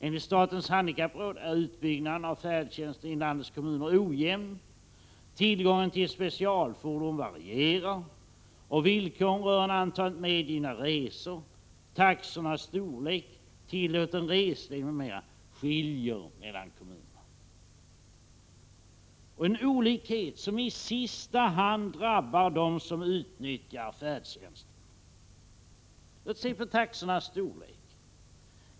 Enligt statens handikappråd är utbyggnaden av färdtjänsten i landets kommuner ojämn, tillgången till specialfordon varierar och villkoren rörande antalet medgivna resor, taxornas storlek, tillåten reslängd, m.m. varierar mellan kommunerna. Denna olikhet drabbar i sista hand dem som utnyttjar färdtjänsten. Låt oss se på taxornas storlek.